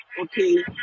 okay